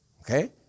Okay